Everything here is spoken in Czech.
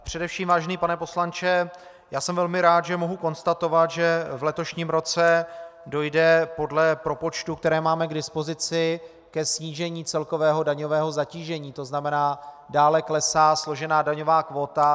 Především, vážený pane poslanče, jsem velmi rád, že mohu konstatovat, že v letošním roce dojde podle propočtů, které máme k dispozici, ke snížení celkového daňového zatížení, tzn. dále klesá složená daňová kvóta.